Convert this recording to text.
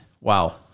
wow